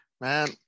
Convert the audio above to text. Man